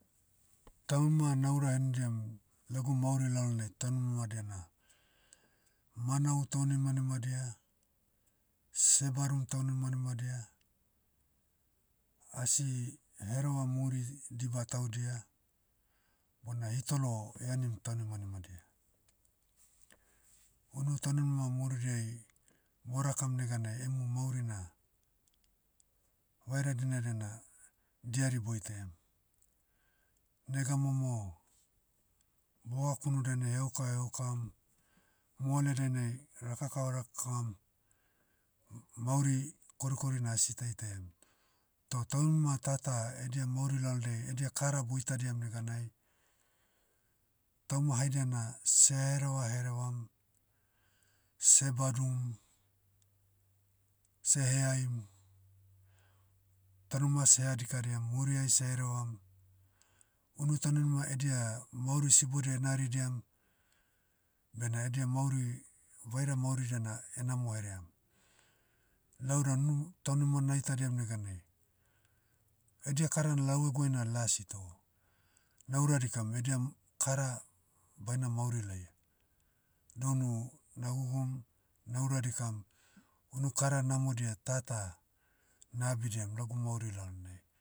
Tauma naura henidiam, lagu mauri lalonai taunimadia na, manau taunimanima dia, seh badum taunimanima dia, asi hereva muri diba taudia, bona hitolo eanim taunimanima dia. Unu tauninima muridiai, borakam neganai emu mauri na, vaira dinadia na, diari boitaiam. Nega momo, bogakunu dainai heauka heaukam, moale dainai rakakava rak kavam, mauri korikorina asi taitaiam. Toh taunima tata edia mauri laldiai edia kara boitadiam neganai, tauma haidia na seh ereva herevam, seh badum, seh heaim, taunima seha dikadiam muriai seh herevam, unu tauninima edia mauri sibodia enaridiam, bena edia mauri, vaira mauridia na enamo heream. Lau dan nu, taunima naitadiam neganai, edia kara na lau eguai na lasi toh, naura dikam edia, kara, baina mauri laia. Dounu, nagugum, naura dikam, unu kara namodia tata, na abidiam lagu mauri lalonai.